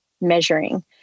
measuring